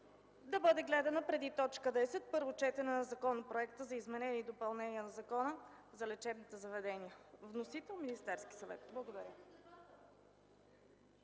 да бъде гледана преди т. 10 – Първо четене на Законопроекта за изменение и допълнение на Закона за лечебните заведения, с вносител Министерския съвет. Благодаря.